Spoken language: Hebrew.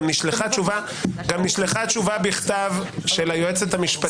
גם נשלחה תשובה בכתב של היועצת המשפטית.